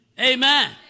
Amen